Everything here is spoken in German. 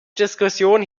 diskussion